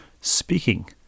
Speaking